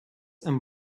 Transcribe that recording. and